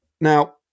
now